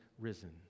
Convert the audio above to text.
risen